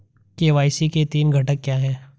KYC के तीन घटक क्या हैं?